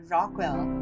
Rockwell